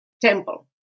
temple